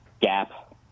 gap